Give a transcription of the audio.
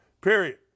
period